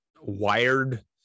wired